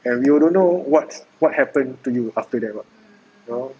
and you don't know what what happened to you after that [what] you know